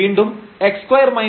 വീണ്ടും 2